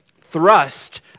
thrust